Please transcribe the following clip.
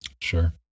Sure